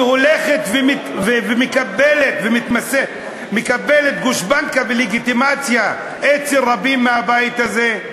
שהולכת ומקבלת גושפנקה ולגיטימציה אצל רבים מהבית הזה.